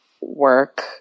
work